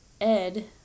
Ed